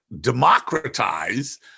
democratize